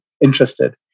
interested